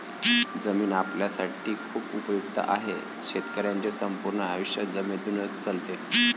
जमीन आपल्यासाठी खूप उपयुक्त आहे, शेतकऱ्यांचे संपूर्ण आयुष्य जमिनीतूनच चालते